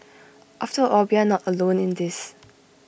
after all we are not alone in this